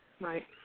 Right